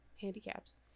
handicaps